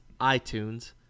iTunes